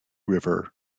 river